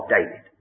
David